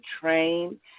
train